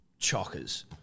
chockers